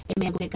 Amen